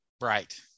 Right